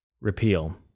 repeal